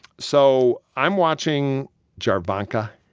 so i'm watching jarvanka,